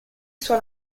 sua